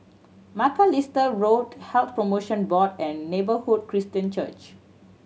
Macalister Road Health Promotion Board and Neighbourhood Christian Church